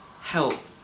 help